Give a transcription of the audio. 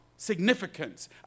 significance